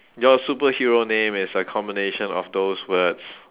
your superhero name is a combination of those words